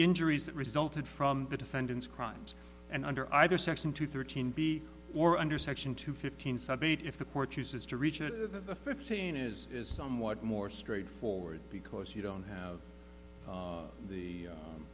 injuries that resulted from the defendant's crimes and under either section two thirteen b or under section two fifteen sub eight if the court chooses to reach a fifteen is is somewhat more straightforward because you don't have the